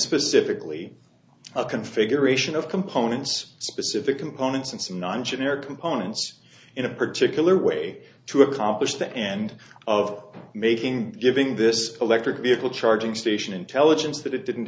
specifically a configuration of components specific components and some non generic components in a particular way to accomplish the end of making good being this electric vehicle charging station intelligence that it didn't